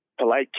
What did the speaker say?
Polite